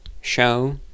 show